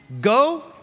Go